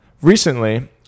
Recently